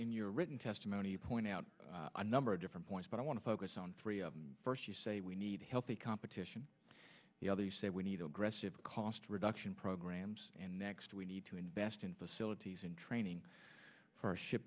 in your written testimony point out a number of different points but i want to focus on three of them first you say we need healthy competition the other say we need aggressive cost reduction programs and next we need to invest in facilities in training for ship